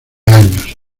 años